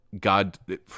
God